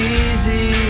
easy